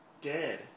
dead